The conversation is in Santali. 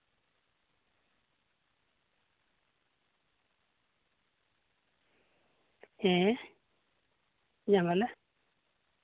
ᱦᱮᱸ ᱧᱟᱢᱟᱞᱮ